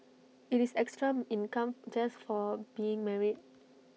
IT is extra income just for being married